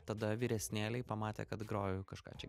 tada vyresnėliai pamatę kad groju kažką čia